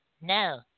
no